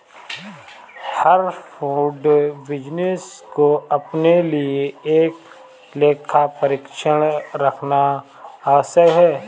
हर food business को अपने लिए एक लेखा परीक्षक रखना आवश्यक है